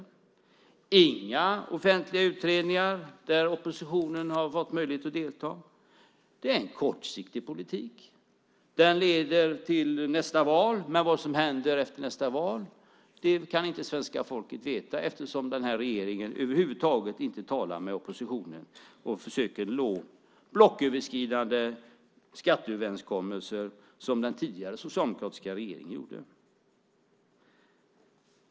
Det har inte gjorts några offentliga utredningar där oppositionen har fått möjlighet att delta. Det är en kortsiktig politik. Den leder till nästa val, men vad som händer efter nästa val kan inte svenska folket veta eftersom den här regeringen över huvud taget inte talar med oppositionen och försöker nå blocköverskridande skatteöverenskommelser, som den tidigare socialdemokratiska regeringen gjorde.